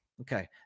okay